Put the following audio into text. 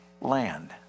land